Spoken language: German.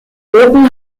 booten